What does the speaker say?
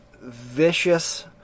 vicious